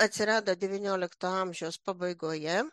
atsirado devyniolikto amžiaus pabaigoje